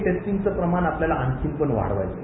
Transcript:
टेस्टींगचं प्रमाण आपल्याला आणखीन पण वाढवायचं आहे